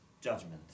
judgment